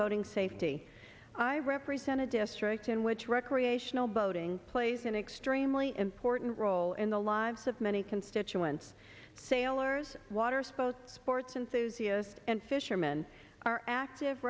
boating safety i represent a district in which recreational boating plays an extremely important role in the lives of many constituents sailors water spoke sports enthusiasts and fishermen are active